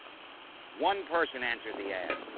one person answered the ad.